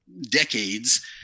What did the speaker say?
decades